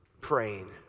praying